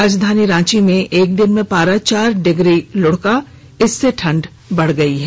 राजधानी रांची में एक दिन में पारा चार डिग्री लुढका इससे ठंड बढ़ गई है